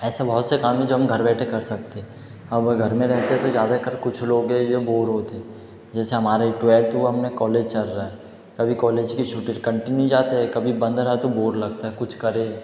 ऐसे बहुत से काम हैं जो हम घर बैठे कर सकते अब घर में रहते तो ज़्यादाकर कुछ लोग हैं जो बोर होते जैसे हमारा ट्वेल्थ हुआ हम ने कॉलेज चल रहा है कभी कॉलेज की कन्टिन्यू जाते हैं कभी बंद रहा तो बोर लगता है कुछ करें